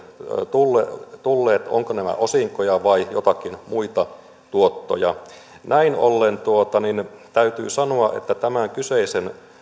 tulleet tulleet ovatko nämä osinkoja vai joitakin muita tuottoja näin ollen täytyy sanoa että tämä kyseisen